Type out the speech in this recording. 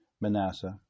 Manasseh